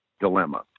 dilemma